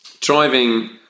Driving